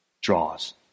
draws